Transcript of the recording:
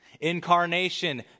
incarnation